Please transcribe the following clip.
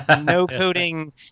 no-coding